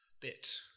bit